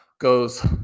goes